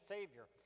Savior